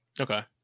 Okay